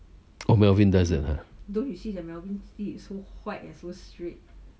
oh melvin does that ah